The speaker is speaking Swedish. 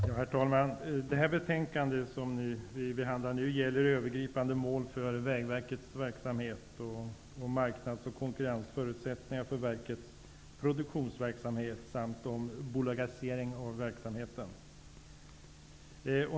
Herr talman! Det betänkande som vi nu behandlar gäller övergripande mål för Vägverkets verksamhet, marknads och konkurrensförutsättningar för verkets produktionsverksamhet samt en bolagisering av verksamheten.